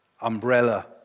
Umbrella